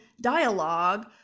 dialogue